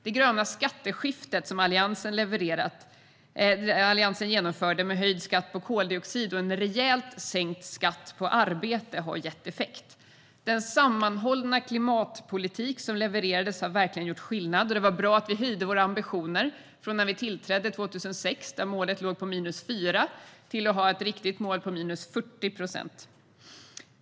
Det gröna skatteskiftet som Alliansen genomförde med höjd skatt på koldioxid och rejält sänkt skatt på arbete har gett effekt. Den sammanhållna klimatpolitik som levererades har verkligen gjort skillnad. Det var bra att vi höjde våra ambitioner från när vi tillträdde 2006 då målet låg på minus 4 procent till ett riktigt mål på minus 40 procent.